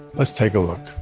let's take a look,